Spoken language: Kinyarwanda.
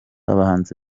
abahanzi